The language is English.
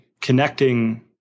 connecting